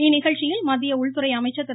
இந்நிகழ்ச்சியில் மத்திய உள்துறை அமைச்சர் திரு